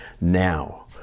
now